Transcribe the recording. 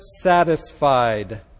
satisfied